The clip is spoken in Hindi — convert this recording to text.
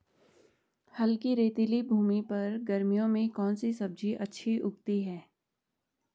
हल्की रेतीली भूमि पर गर्मियों में कौन सी सब्जी अच्छी उगती है?